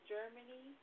Germany